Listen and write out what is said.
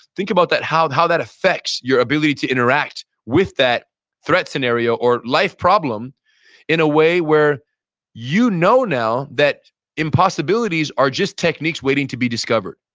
think about how how that affects your ability to interact with that threat scenario or life problem in a way where you know now that impossibilities are just techniques waiting to be discovered,